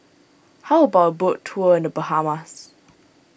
how about boat tour in the Bahamas